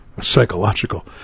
psychological